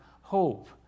hope